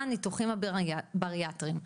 הניתוחים הבריאטריים .